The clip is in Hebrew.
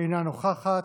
אינה נוכחת.